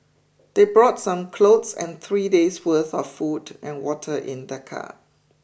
they brought some clothes and three days' worth of food and water in their car